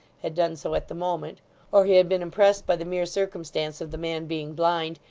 had done so at the moment or he had been impressed by the mere circumstance of the man being blind,